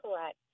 correct